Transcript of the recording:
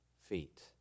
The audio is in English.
feet